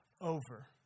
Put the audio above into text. over